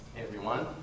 everyone.